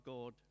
God